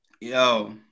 Yo